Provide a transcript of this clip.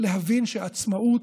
להבין שעצמאות,